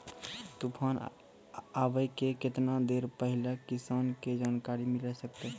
तूफान आबय के केतना देर पहिले किसान के जानकारी मिले सकते?